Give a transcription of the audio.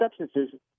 substances